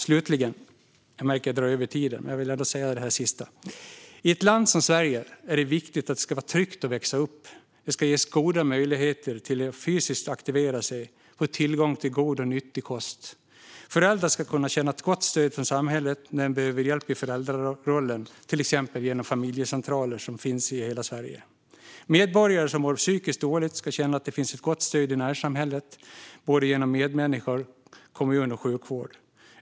Det är viktigt att det i ett land som Sverige är tryggt att växa upp. Det ska ges goda möjligheter att fysiskt aktivera sig och att få tillgång till god och nyttig kost. Föräldrar ska känna ett gott stöd från samhället när de behöver hjälp i föräldrarollen, till exempel genom familjecentraler som finns i hela Sverige. Medborgare som mår psykiskt dåligt ska känna att det finns ett gott stöd i närsamhället genom medmänniskor, kommuner och sjukvård.